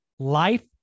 Life